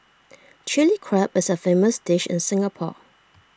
Chilli Crab is A famous dish in Singapore